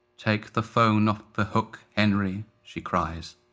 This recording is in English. take the phone off the hook, henry, she cries.